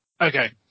Okay